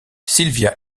sylvia